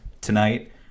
tonight